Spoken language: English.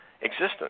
existence